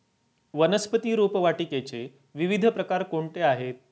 वनस्पती रोपवाटिकेचे विविध प्रकार कोणते आहेत?